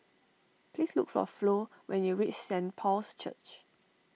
please look for Flo when you reach Saint Paul's Church